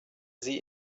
sie